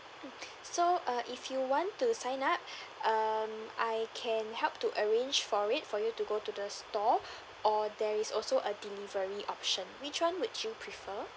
mm so uh if you want to sign up um I can help to arrange for it for you to go to the store or there is also a delivery option which one would you prefer